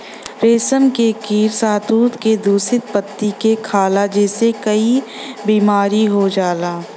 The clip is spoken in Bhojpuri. रेशम के कीड़ा शहतूत के दूषित पत्ती के खाला जेसे कई बीमारी हो जाला